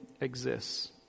exists